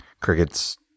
Cricket's